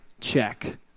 check